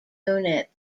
units